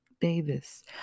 Davis